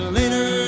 later